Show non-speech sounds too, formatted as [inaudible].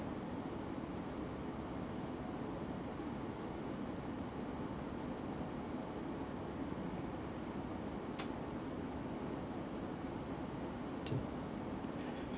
[laughs]